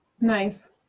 Nice